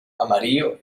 amarillo